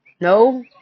No